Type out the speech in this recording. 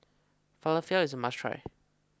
Falafel is a must try